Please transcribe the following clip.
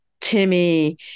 Timmy